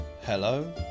Hello